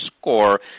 score